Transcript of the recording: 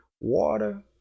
water